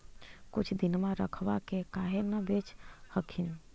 कुछ दिनमा रखबा के काहे न बेच हखिन?